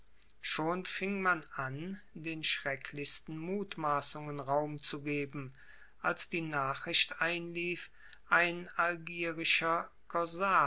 schon fing man an den schrecklichsten mutmaßungen raum zu geben als die nachricht einlief ein